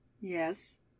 Yes